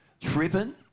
tripping